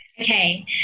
Okay